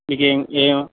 మీకేమి ఏమి